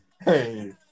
Hey